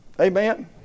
Amen